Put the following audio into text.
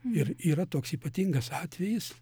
ypatingas atvejis